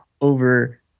over